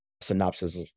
synopsis